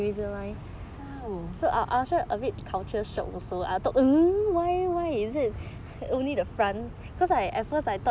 !wow!